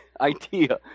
idea